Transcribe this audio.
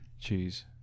cheese